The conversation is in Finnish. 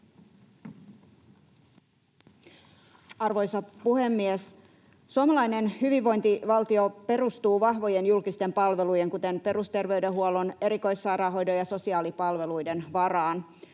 Arvoisa puhemies! Suomalainen hyvinvointivaltio perustuu vahvojen julkisten palvelujen, kuten perusterveydenhuollon, erikoissairaanhoidon ja sosiaalipalveluiden varaan.